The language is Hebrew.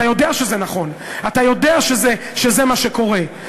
אתה יודע שזה נכון, אתה יודע שזה מה שקורה.